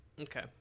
okay